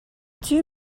two